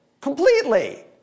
completely